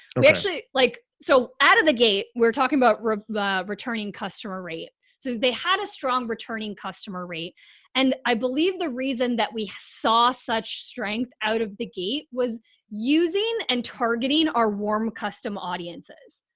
we actually like, so out of the gate we are talking about returning customer rate. so they had a strong returning customer rate and i believe the reason that we saw such strength out of the gate was using and targeting our warm custom audiences.